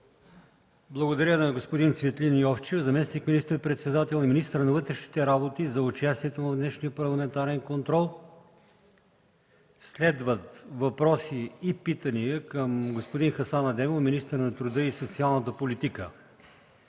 Благодаря на господин Цветлин Йовчев – заместник министър-председател и министър на вътрешните работи, за участието му в днешния парламентарен контрол. Следват въпроси и питания към господин Хасан Адемов – министър на труда и социалната политика.